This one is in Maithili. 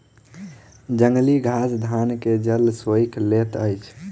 जंगली घास धान के जल सोइख लैत अछि